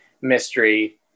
mystery